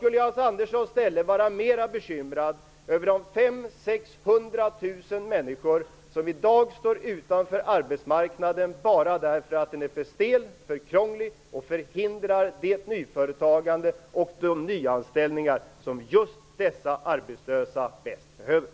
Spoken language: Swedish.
I Hans Anderssons ställe skulle jag vara mera bekymrad över de 500 000-600 000 människor som i dag står utanför arbetsmarknaden, bara därför att den är för stel, för krånglig och för att den förhindrar det nyföretagande och de nyanställningar som just dessa arbetslösa bäst behöver.